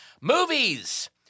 Movies